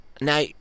now